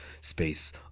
space